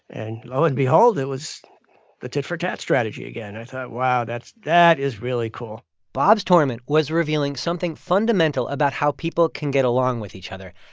and lo and behold, it was the tit for tat strategy again. i thought, wow, that is really cool bob's tournament was revealing something fundamental about how people can get along with each other,